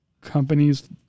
companies